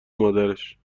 مادرش